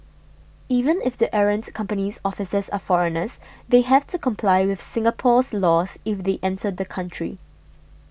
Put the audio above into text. even if the errant company's officers are foreigners they have to comply with Singapore's laws if they enter the country